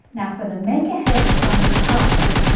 now for the make ahead crumb topping,